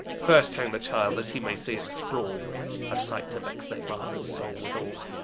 first hang the child, that he may see it sprawl a sight to vex the father's soul withal.